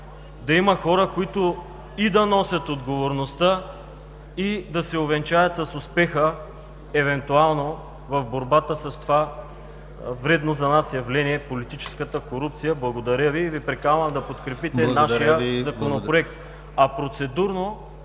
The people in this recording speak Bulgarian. Да има, които и да носят отговорността и да се увенчаят с успеха евентуално в борбата с това вредно за нас явление – политическата корупция. Благодаря Ви и Ви приканвам да подкрепите нашия Законопроект. А процедурно,